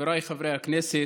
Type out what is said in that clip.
חבריי חברי הכנסת,